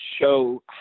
show